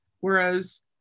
Whereas